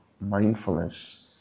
mindfulness